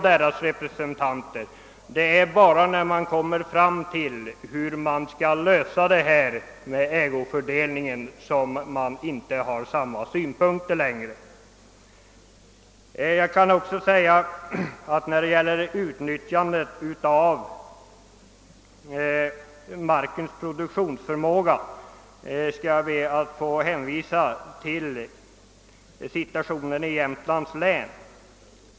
Det är bara när man kommer till frågan om hur ägofördelningen skall lösas som synpunkterna inte längre överensstämmer. Då det gäller utnyttjandet av markens produktionsförmåga skall jag be att få hänvisa till situationen i Jämtlands län.